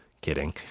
Kidding